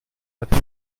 hat